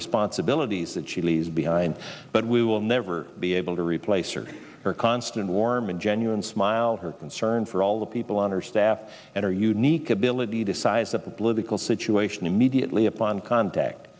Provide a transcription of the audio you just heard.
responsibilities that she leaves behind but we will never be able to replace her her constant warm and genuine smile her concern for all the people on her staff and her unique ability to size up the political situation immediately upon contact